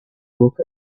look